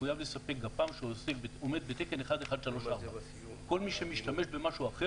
מחויב לספק גפ"מ שעומד בתקן 1134. כל מי שמשתמש במשהו אחר,